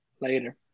Later